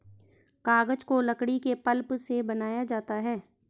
कागज को लकड़ी के पल्प से बनाया जाता है